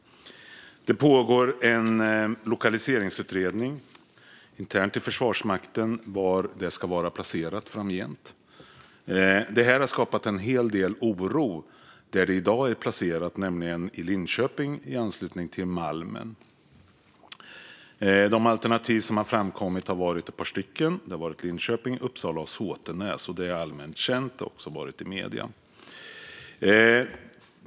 Det pågår en lokaliseringsutredning internt i Försvarsmakten. Det handlar alltså om var radarspaningsflyget ska vara placerat framgent. Detta har skapat en hel del oro där det i dag är placerat, nämligen i Linköping i anslutning till Malmen. De alternativ som har framkommit har varit ett par stycken: Linköping, Uppsala och Sotenäs. Det är allmänt känt, och det har varit ute i medierna.